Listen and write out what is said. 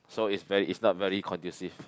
so is very is not very conducive